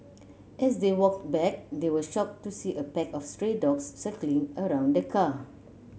as they walked back they were shocked to see a pack of stray dogs circling around the car